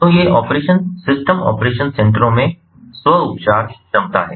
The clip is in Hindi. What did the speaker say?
तो ये ऑपरेशन सिस्टम ऑपरेशन सेंटरों में स्व उपचार क्षमता है